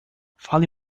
fale